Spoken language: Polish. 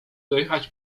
dojechać